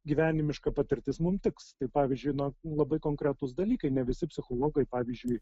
gyvenimiška patirtis mum tiks tai pavyzdžiui na labai konkretūs dalykai ne visi psichologai pavyzdžiui